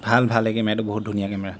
ভাল ভাল এই কেমেৰাটো বহুত ধুনীয়া কেমেৰা